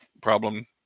problem